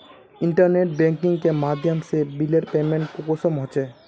Internet banking के माध्यम से बिलेर पेमेंट कुंसम होचे?